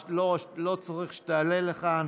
לא צריך שתעלה לכאן,